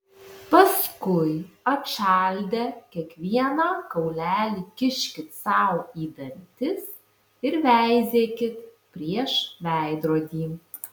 paskui atšaldę kiekvieną kaulelį kiškit sau į dantis ir veizėkit prieš veidrodį